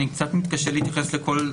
אני כמובן אעביר את הדברים לממונים עלי,